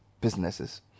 businesses